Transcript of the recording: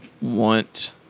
want